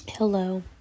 Hello